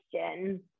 question